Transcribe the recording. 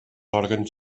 òrgans